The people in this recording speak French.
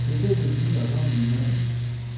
qu'était devenu l'agent lui-même